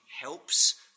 helps